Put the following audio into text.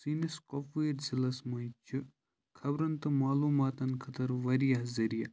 سٲنِس کۄپوٲرۍ ضلعس منٛز چھِ خبرن تہٕ معلوٗماتَن خٲطرٕ واریاہ ذٔریعہٕ